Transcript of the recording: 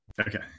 Okay